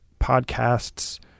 podcasts